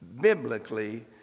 biblically